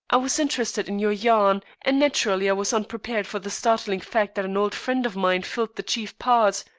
i was interested in your yarn, and naturally i was unprepared for the startling fact that an old friend of mine filled the chief part.